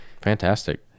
fantastic